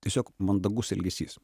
tiesiog mandagus elgesys